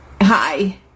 Hi